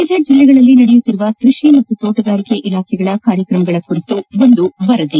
ವಿವಿಧ ಜಲ್ಲೆಗಳಲ್ಲಿ ನಡೆಯುತ್ತಿರುವ ಕೃಷಿ ಹಾಗೂ ತೋಟಗಾರಿಕಾ ಇಲಾಖೆಗಳ ಕಾರ್ಯಕ್ರಗಳ ಕುರಿತು ವರದಿ